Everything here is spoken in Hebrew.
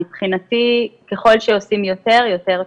מבחינתי ככל שעושים יותר זה יותר טוב.